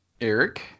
Eric